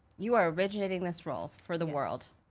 you are originating this role for the world.